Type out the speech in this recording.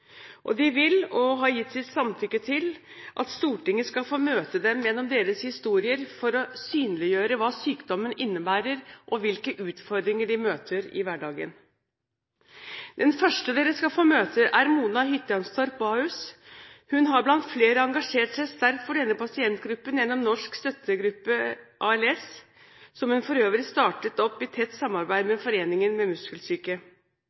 pårørende. De vil – og har gitt sitt samtykke til – at Stortinget skal få møte dem gjennom deres historier for å synliggjøre hva sykdommen innebærer, og hvilke utfordringer de møter i hverdagen. Den første dere skal få møte, er Mona Hytjanstorp Bahus. Hun har blant flere engasjert seg sterkt for denne pasientgruppen gjennom ALS Norsk Støttegruppe, som hun for øvrig startet opp i tett samarbeid med Foreningen for Muskelsyke.